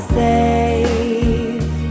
safe